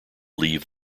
leave